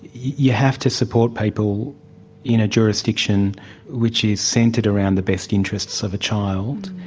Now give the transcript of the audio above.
you have to support people in a jurisdiction which is centred around the best interests of a child,